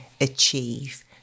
achieve